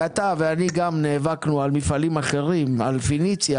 ואתה ואני גם נאבקנו על מפעלים אחרים, על פניציה